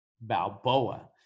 Balboa